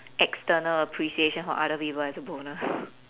external appreciation from other people as a bonus